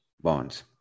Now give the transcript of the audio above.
bonds